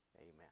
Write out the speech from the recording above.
Amen